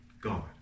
God